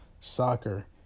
soccer